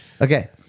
Okay